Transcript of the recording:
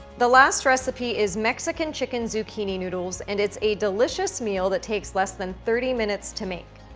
the last recipe is mexican chicken zucchini noodles, and it's a delicious meal that takes less than thirty minutes to make.